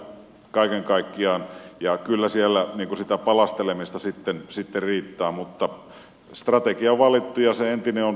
ne ovat erittäin laajoja kaiken kaikkiaan ja kyllä siellä sitä palastelemista sitten riittää mutta strategia on valittu ja se entinen on saatettu loppuun ja nyt ollaan uuden edessä